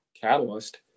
catalyst